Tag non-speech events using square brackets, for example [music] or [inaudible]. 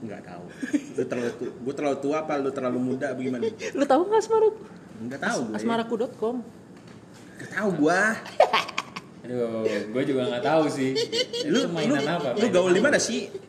Nggak tahu. Lu terlalu tu- gua terlalu tua apa lu terlalu muda, bagaimana? [laughs] Lu tahu nggak Asmaraku? Nggak tahu As- gua ya. asmaraku.com. Nggak tahu gua. [laughs] Aduh, gua juga nggak tahu sih. Lu- Itu lu- mainan apa? lu Mainan gaul di apa? mana sih?